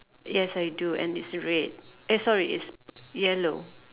yes I do and it's red eh sorry it's yellow